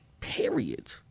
Period